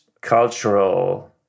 cultural